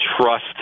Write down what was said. trust